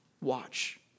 Watch